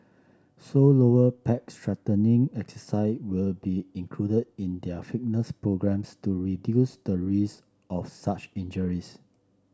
so lower back strengthening exercise will be included in their fitness programmes to reduce the risk of such injuries